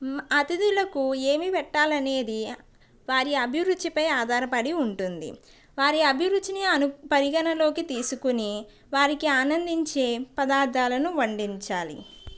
అతిధులకు ఏమి పెట్టాలనేది వారి అభిరుచిపై ఆధారపడి ఉంటుంది వారి అభిరుచిని అను పరిగణలోకి తీసుకుని వారికి ఆనందించే పదార్థాలను వండించాలి